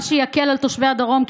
מה שיקל על תושבי הדרום,